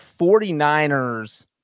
49ers